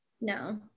no